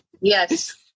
Yes